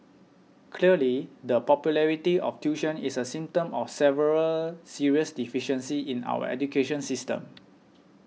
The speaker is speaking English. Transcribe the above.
clearly the popularity of tuition is a symptom of several serious deficiencies in our education system